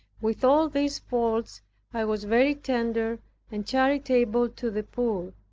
with all these faults i was very tender and charitable to the poor.